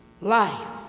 life